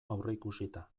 aurreikusita